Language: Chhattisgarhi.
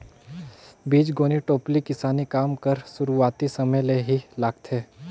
बीजगोनी टोपली किसानी काम कर सुरूवाती समे ले ही लागथे